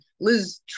Liz